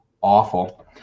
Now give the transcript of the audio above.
awful